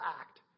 act